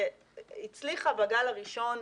והצליחה בגל הראשון.